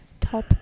top